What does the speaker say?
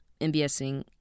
MBSing